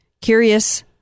Curious